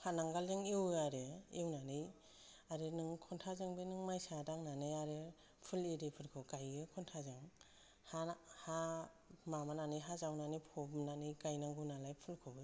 हा नांगालजों एवो आरो एवनानै आरो नों खन्थाजोंबो माइसा दांनानै आरो फुल इरिफोरखौ गायो खन्थाजों हा माबानानै हा जावनानै फबनानै गायनांगौ नालाय फुलखौबो